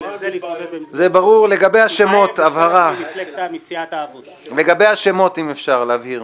בגלל זה להתמודד --- לגבי השמות של הסיעות אם אפשר להבהיר.